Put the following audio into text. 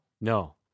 No